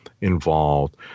involved